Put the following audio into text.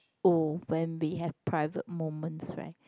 oh when we have private moments right